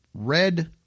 Red